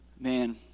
Man